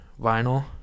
vinyl